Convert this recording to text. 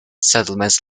settlements